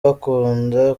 bakunda